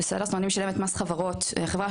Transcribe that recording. זאת אומרת אני משלמת מס חברות זהה,